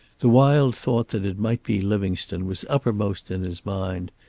the wild thought that it might be livingstone was uppermost in his mind,